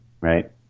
right